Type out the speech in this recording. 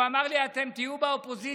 והוא אמר לי: אתם תהיו באופוזיציה,